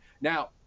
Now